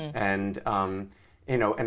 and you know, and